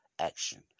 action